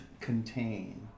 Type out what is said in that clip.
contain